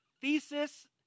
thesis